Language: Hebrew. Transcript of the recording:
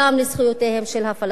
כולם הם כפרים ויישובים שנבנו לפני קום